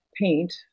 paint